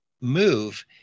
move